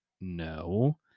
no